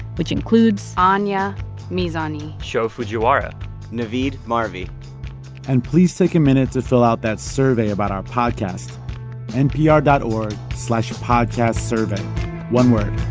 which includes. anya mizani sho fujiwara navid marvi and please take a minute to fill out that survey about our podcast npr dot org slash podcastsurvey one word